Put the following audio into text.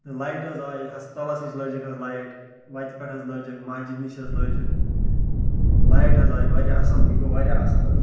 تہٕ لایٹہٕ حظ آیہِ ہَسپَتالَس نِش لٲجِکھ حظ لایِٹ وَتہِ پٮ۪ٹھ حظ لٲجِکھ مَسجِد نِش حظ لٲجکھ لایِٹ حظ آیہِ واریاہ اصٕل یہِ گوٚو واریاہ اصٕل حظ